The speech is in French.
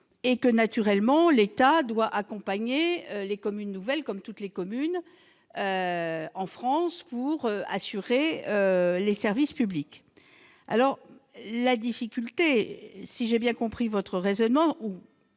et que, naturellement, l'État doit accompagner les communes nouvelles comme toutes les communes de France, pour que les services publics soient assurés. Si j'ai bien compris votre raisonnement,